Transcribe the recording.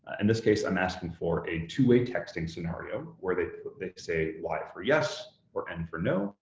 in this case, i'm asking for a two-way texting scenario where they they say y for yes or n for no,